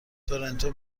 تورنتو